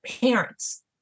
parents